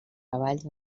treballs